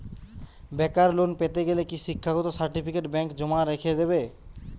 বেকার লোন পেতে গেলে কি শিক্ষাগত সার্টিফিকেট ব্যাঙ্ক জমা রেখে দেবে?